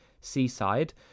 seaside